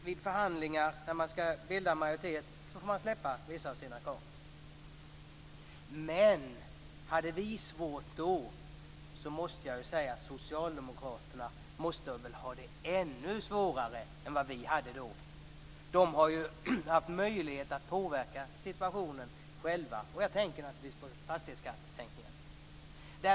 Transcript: Vid förhandlingar för att bilda majoritet måste man släppa på vissa av sina krav. Men om vi hade det svårt då, måste Socialdemokraterna ha det ännu svårare. De har haft möjlighet att själva påverka situationen. Jag tänker naturligtvis på sänkningen av fastighetsskatten.